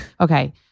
Okay